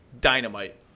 dynamite